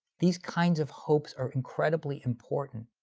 these kinds of hopes are incredibly important,